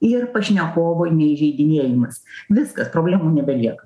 ir pašnekovo neįžeidinėjimas viskas problemų nebelieka